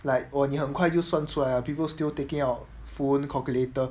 like !wah! 你很快就算出来 people still taking out phone calculator